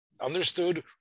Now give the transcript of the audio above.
understood